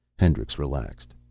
hendricks relaxed.